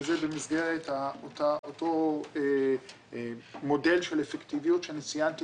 וזה במסגרת אותו מודל של אפקטיביות שאני ציינתי,